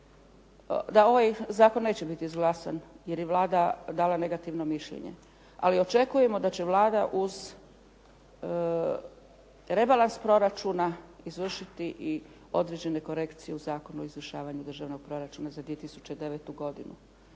da ovaj zakon neće biti izglasan jer je Vlada dala negativno mišljenje, ali očekujemo da će Vlada uz rebalans proračuna izvršiti i određene korekciju u Zakonu o izvršavanju Državnog proračuna za 2009. godinu.